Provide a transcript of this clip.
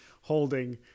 holding